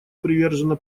привержено